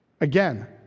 again